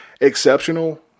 exceptional